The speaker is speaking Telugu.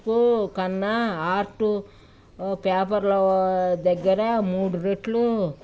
కన్నా ఆర్టు పేపర్ల దగ్గర మూడు రెట్లు